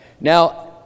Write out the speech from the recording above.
now